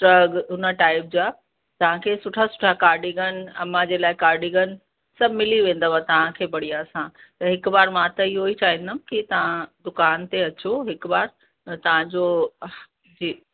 shrug उन type जा तव्हांखे सुठा सुठा कार्डिगन अम्मा जे लाइ कार्डिगन सभु मिली वेंदव तव्हांखे बढ़िया सां त हिक बार मां त इहो ई चाहींदमि की तव्हां दुकान ते अचो हिक बार त तव्हांजो जी